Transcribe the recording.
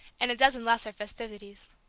and a dozen lesser festivities.